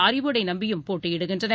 அறிவுடைநம்பியும் போட்டியிடுகின்றனர்